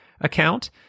account